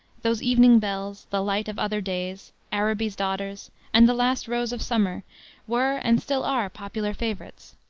those evening bells, the light of other days, araby's daughter, and the last rose of summer were, and still are, popular favorites.